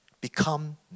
become